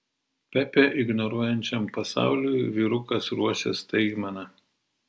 pepę ignoruojančiam pasauliui vyrukas ruošia staigmena